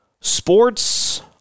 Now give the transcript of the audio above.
sports